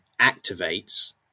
activates